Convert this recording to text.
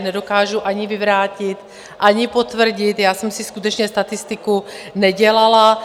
Já je nedokážu ani vyvrátit, ani potvrdit, já jsem si skutečně statistiku nedělala.